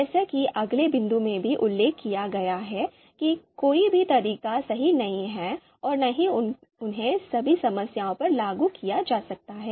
जैसा कि अगले बिंदु में भी उल्लेख किया गया है कि कोई भी तरीका सही नहीं है और न ही उन्हें सभी समस्याओं पर लागू किया जा सकता है